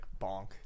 bonk